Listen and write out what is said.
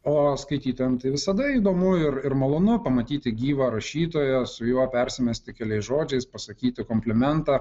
o skaitytojam tai visada įdomu ir ir malonu pamatyti gyvą rašytoją su juo persimesti keliais žodžiais pasakyti komplimentą